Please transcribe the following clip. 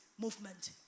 movement